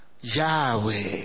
Yahweh